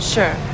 Sure